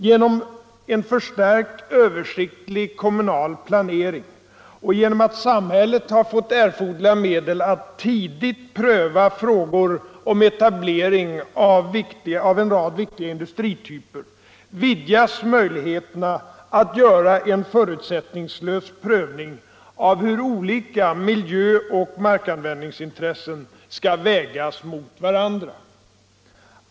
Genom en förstärkt översiktlig kommunal planering och genom att samhället har fått erforderliga medel att tidigt pröva frågor om etablering av en rad viktiga industrityper vidgas möjligheterna att göra en förutsättningslös prövning av hur olika miljöoch markanvändningsintressen skall vägas mot varandra.